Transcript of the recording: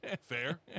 Fair